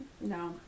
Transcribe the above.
No